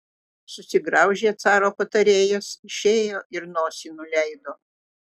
susigraužė caro patarėjas išėjo ir nosį nuleido